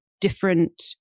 different